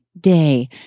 day